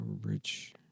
Rich